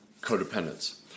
codependence